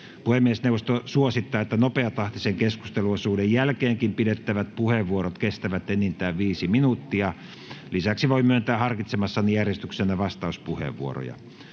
Puhemiesneuvosto suosittaa, että nopeatahtisen keskusteluosuuden jälkeenkin pidettävät puheenvuorot kestävät enintään 5 minuuttia. Lisäksi voin myöntää harkitsemassani järjestyksessä vastauspuheenvuoroja.